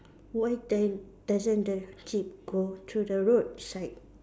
why does doesn't the jeep go to the road side